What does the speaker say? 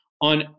on